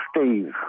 Steve